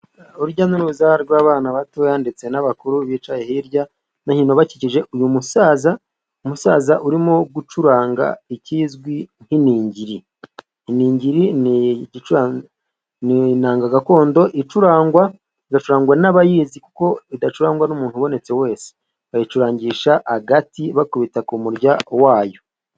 Urujya n'uruza rw'abana batoya ndetse n'abakuru, bicaye hirya no hino kikije uyu musaza, umusaza urimo gucuranga ikizwi nk'iningiri, iningiri ni inanga gakondo icurangwa igacurangwa n'abayizi, kuko idacurangwa n'umuntu ubonetse wese, bayicurangisha agati bakubita ku murya wayo.